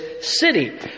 city